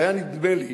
והיה נדמה לי